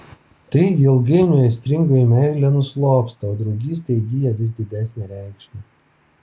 taigi ilgainiui aistringoji meilė nuslopsta o draugystė įgyja vis didesnę reikšmę